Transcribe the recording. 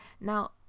now